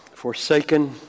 Forsaken